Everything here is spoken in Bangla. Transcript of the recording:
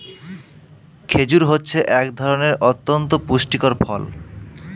খেজুর হচ্ছে এক ধরনের অতন্ত পুষ্টিকর ফল